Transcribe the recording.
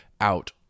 out